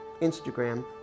Instagram